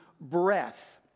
breath